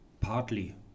partly